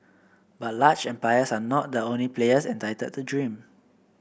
but large empires are not the only players entitled to dream